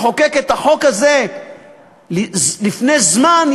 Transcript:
לחוקק את החוק הזה לפני זמן,